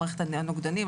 מערכת הנוגדנים,